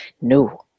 no